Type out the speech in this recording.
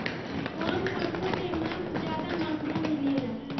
कौन पशु के मांस ज्यादा महंगा मिलेला?